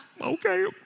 okay